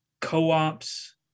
co-ops